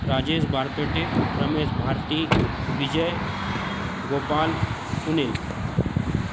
Rajesh Barpete Ramesh Bharti Vijay Gopal Sunil